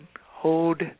hold